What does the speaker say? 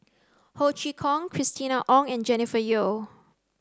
Ho Chee Kong Christina Ong and Jennifer Yeo